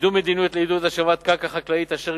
קידום מדיניות לעידוד השבת קרקע חקלאית אשר